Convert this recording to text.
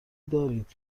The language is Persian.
دارید